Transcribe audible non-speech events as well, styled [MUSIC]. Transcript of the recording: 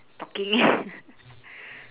talking [LAUGHS]